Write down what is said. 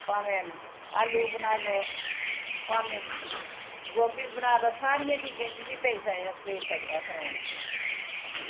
भामें आलू बनाई लो भामें गोभी बनाई लो सारियें चीजें च जी पेई पेई सकदा ऐ थोम